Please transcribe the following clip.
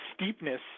steepness